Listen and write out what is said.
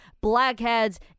blackheads